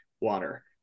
water